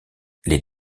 les